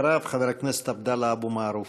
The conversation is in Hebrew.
אחריו, חבר הכנסת עבדאללה אבו מערוף.